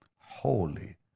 holy